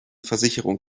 versicherung